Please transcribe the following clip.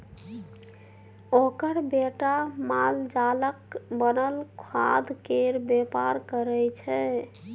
ओकर बेटा मालजालक बनल खादकेर बेपार करय छै